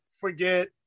forget